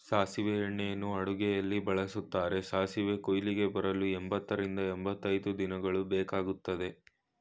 ಸಾಸಿವೆ ಎಣ್ಣೆಯನ್ನು ಅಡುಗೆಯಲ್ಲಿ ಬಳ್ಸತ್ತರೆ, ಸಾಸಿವೆ ಕುಯ್ಲಿಗೆ ಬರಲು ಎಂಬತ್ತರಿಂದ ಎಂಬತೈದು ದಿನಗಳು ಬೇಕಗ್ತದೆ